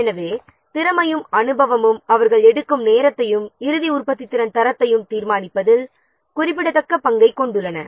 எனவே ஒருவரின் திறமையும் அனுபவமும் அவர்கள் எடுக்கும் நேரத்தையும் இறுதி உற்பத்தியின் தரத்தையும் தீர்மானிப்பதில் குறிப்பிடத்தக்க பங்கைக் கொண்டுள்ளன